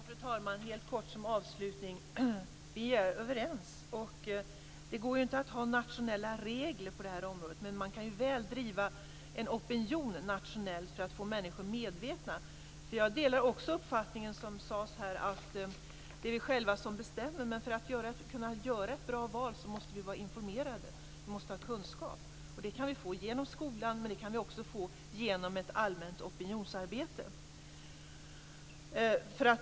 Fru talman! Helt kort som avslutning: Vi är överens. Det går inte att ha nationella regler på det här området, men man kan driva en opinion nationellt för att få människor medvetna. Jag delar också uppfattningen som uttrycktes här, att det är vi själva som bestämmer. Men för att kunna göra ett bra val måste vi vara informerade. Vi måste ha kunskap, och det kan vi få genom skolan och också genom ett allmänt opinionsarbete.